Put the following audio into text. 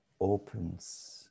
opens